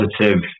positive